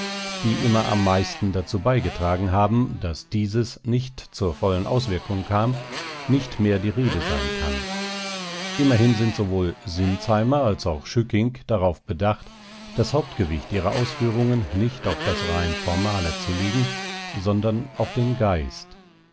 die immer am meisten dazu beigetragen haben daß dieses nicht zur vollen auswirkung kam nicht mehr die rede sein kann immerhin sind sowohl sinzheimer als auch schücking darauf bedacht das hauptgewicht ihrer ausführungen nicht auf das rein formale zu legen sondern auf den geist